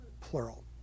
plural